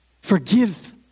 Forgive